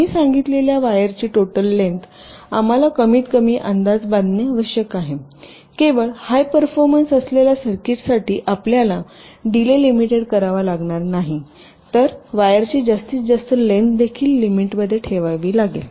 आम्ही सांगितलेल्या वायरची टोटल लेन्थ आम्हाला कमीतकमी अंदाज बांधणे आवश्यक आहे केवळ हाय परफॉर्मन्स असलेल्या सर्किटसाठी आपल्याला डीले लिमिटेड करावा लागणार नाही तर वायरची जास्तीत जास्त लेन्थ देखील लिमिटमध्ये ठेवावी लागेल